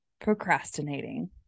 procrastinating